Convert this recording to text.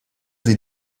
sie